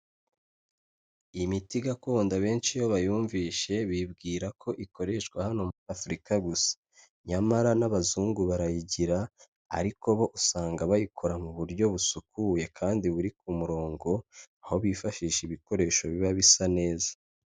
Imiti gakondo abenshi iyo bayumvishe bibwira ko ikoreshwa hano muri afurika gusa, nyamara n'abazungu barayigira ariko bo usanga bayikora mu buryo busukuye kandi buri ku murongo, aho bifashisha ibikoresho biba bisa neza.